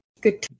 Good